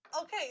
Okay